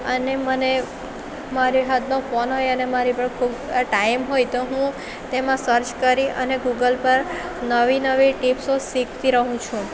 અને મને મારી હાથમાં ફોન હોય ને અને મારી પર ખૂબ ટાઈમ હોય તો હું તેમાં સર્ચ કરી અને ગૂગલ પર નવી નવી ટિપ્સો શીખતી રહું છું